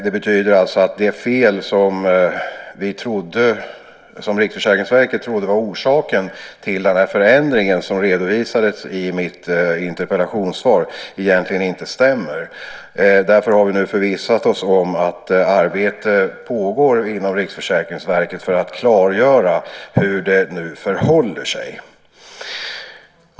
Det betyder alltså att det fel som RFV trodde var orsaken till den förändring som redovisas i mitt interpellationssvar egentligen inte stämmer. Därför har vi nu förvissat oss om att arbete pågår inom RFV för att klargöra hur det nu förhåller sig.